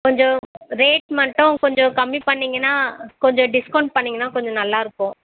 கொஞ்சம் ரேட் மட்டும் கொஞ்சம் கம்மி பண்ணீங்கன்னால் கொஞ்சம் டிஸ்கவுண்ட் பண்ணீங்கன்னால் கொஞ்சம் நல்லாயிருக்கும்